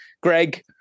Greg